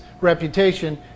reputation